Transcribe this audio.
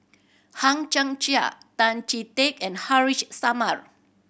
Hang Chang Chieh Tan Chee Teck and Haresh Sharma